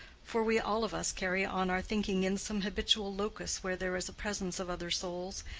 for we all of us carry on our thinking in some habitual locus where there is a presence of other souls,